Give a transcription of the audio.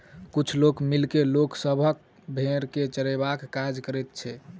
किछ लोक मिल के लोक सभक भेंड़ के चरयबाक काज करैत छै